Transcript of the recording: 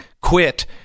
quit